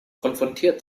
konfrontiert